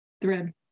thread